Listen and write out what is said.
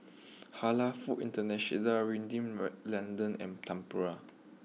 Halal food International London and Tempur